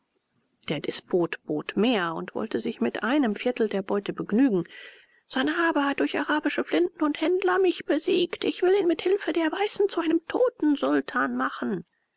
der despot bot mehr und wollte sich mit einem viertel der beute begnügen sanhabe hat durch arabische flinten und händler mich besiegt ich will ihn mit hilfe der weißen zu einem toten sultan machen